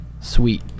Sweet